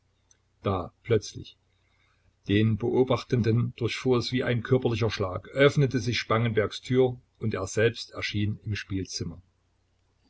da plötzlich den beobachtenden durchfuhr es wie ein körperlicher schlag öffnete sich spangenbergs tür und er selbst erschien im spielzimmer